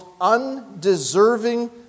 undeserving